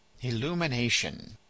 illumination